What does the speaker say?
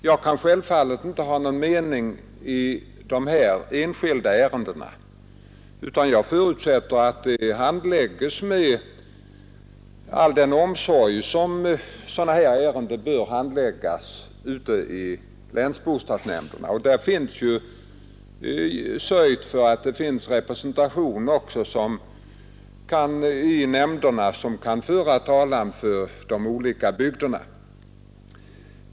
Jag kan självfallet inte ha någon mening i de här enskilda ärendena, utan jag förutsätter att de handläggs med all den omsorg som sådana frågor bör handläggas med ute i länsbostadsnämnderna. Det är ju också sörjt för att det finns representanter i nämnderna som kan föra de olika bygdernas talan.